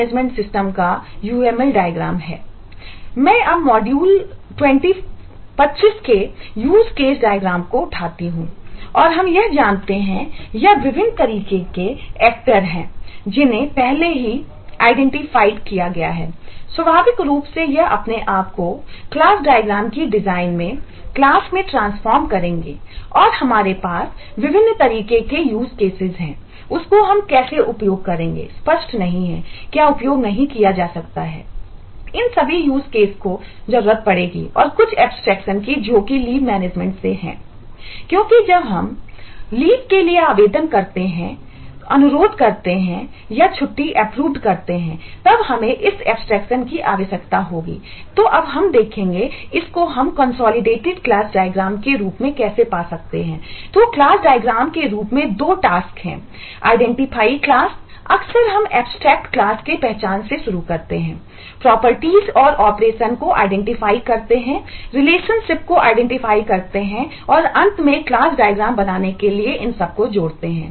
मैं अब मॉड्यूल हुए 25 के यूज केस डायग्राम से है क्योंकि जब हम छुट्टी के लिए आवेदन करते हैं अनुरोध करते हैं या छुट्टी एप्रूव्डबनाने के लिए इन सबको जोड़ते हैं